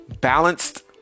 balanced